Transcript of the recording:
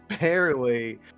barely